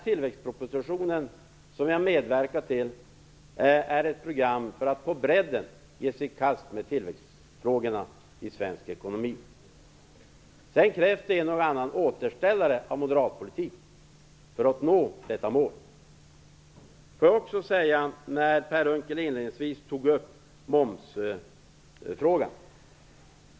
Tillväxtpropositionen, som vi har medverkat till, är ett program för att på bredden ge sig i kast med tillväxtfrågorna i svensk ekonomi. Sedan krävs det en och annan återställare av moderatpolitik för att nå detta mål. Per Unckel tog inledningsvis upp momsfrågan.